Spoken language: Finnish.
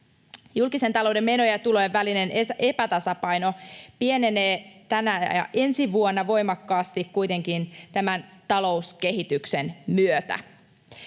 Julkisen talouden menojen ja tulojen välinen epätasapaino kuitenkin pienenee tänä ja ensi vuonna voimakkaasti tämän talouskehityksen myötä.